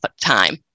time